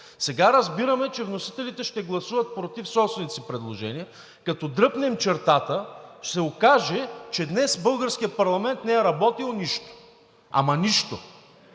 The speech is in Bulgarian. Сега разбираме, че вносителите ще гласуват против собствените си предложения. Като дръпнем чертата, ще се окаже, че днес българският парламент не е работил нищо. Ама нищо!